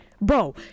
bro